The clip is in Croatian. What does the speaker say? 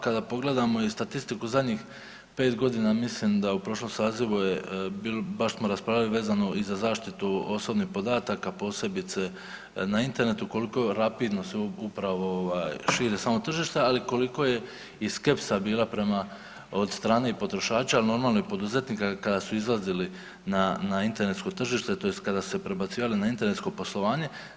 Kada pogledamo i statistiku zadnjih u 5.g. mislim da u prošlom sazivu je bilo, baš smo raspravljali vezano i za zaštitu osobnih podataka, posebice na internetu koliko rapidno se upravo ovaj šire samo tržišta, ali i koliko je i skepsa bila prema, od strane i potrošača, al normalno i poduzetnika kada su izlazili na, na internetsko tržište tj. kada su se prebacivali na internetsko poslovanje.